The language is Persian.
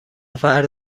فردا